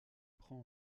prend